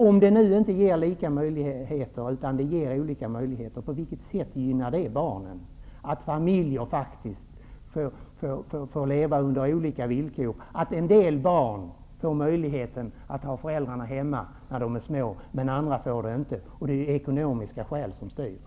Om det nu inte ger lika möjligheter, utan i stället olika möjligheter, på vilket sätt gynnar det barnen, att familjer får leva under olika villkor och en del barn får möjligheten att ha föräldrarna hemma när de är små medan andra inte får detta, eftersom det blir ekonomiska skäl som styr?